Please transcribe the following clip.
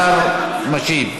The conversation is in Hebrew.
השר משיב.